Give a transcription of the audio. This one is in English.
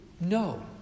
No